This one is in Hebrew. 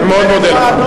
אני מאוד מודה לך.